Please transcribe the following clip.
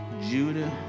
Judah